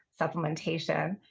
supplementation